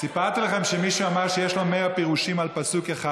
סיפרתי לכם שמישהו אמר שיש לו מאה פירושים על פסוק אחד.